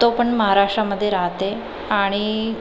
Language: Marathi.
तो पण महाराष्ट्रामध्ये राहते आणि